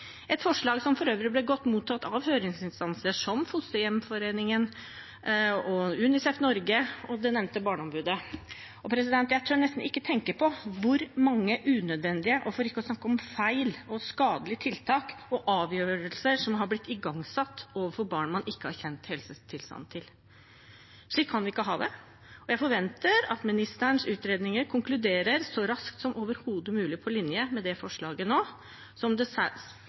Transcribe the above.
nevnte barneombudet. Jeg tør nesten ikke tenke på hvor mange unødvendige og for ikke å snakke om feil og skadelige tiltak og avgjørelser som har blitt igangsatt overfor barn man ikke har kjent helsetilstanden til. Slik kan vi ikke ha det, og jeg forventer at ministerens utredninger konkluderer, så raskt som overhodet mulig, på linje med dette forslaget – som